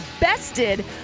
bested